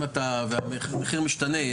המחיר משתנה,